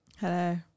hello